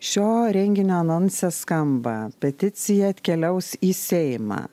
šio renginio anonsas skamba peticija keliaus į seimą